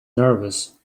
nervous